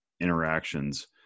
interactions